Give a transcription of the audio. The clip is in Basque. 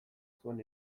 zuen